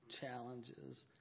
challenges